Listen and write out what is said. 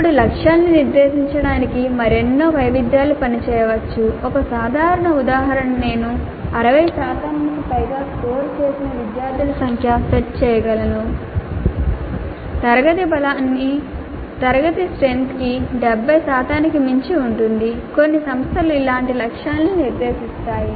ఇప్పుడు లక్ష్యాలను నిర్దేశించడానికి మరెన్నో వైవిధ్యాలు పని చేయవచ్చు ఒక సాధారణ ఉదాహరణ నేను 60 శాతానికి పైగా స్కోర్ చేసిన విద్యార్థుల సంఖ్యను సెట్ చేయగలను తరగతి బలానికి 70 శాతానికి మించి ఉంటుంది కొన్ని సంస్థలు ఇలాంటి లక్ష్యాలను నిర్దేశించాయి